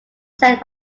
sent